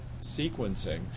sequencing